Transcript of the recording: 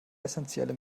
essenzielle